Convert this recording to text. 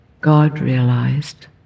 God-realized